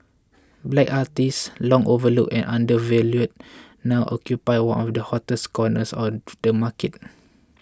black artists long overlooked and undervalued now occupy one of the hottest corners of the market